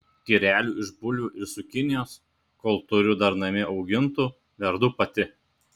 tyrelių iš bulvių ir cukinijos kol turiu dar namie augintų verdu pati